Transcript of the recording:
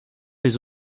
les